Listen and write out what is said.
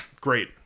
Great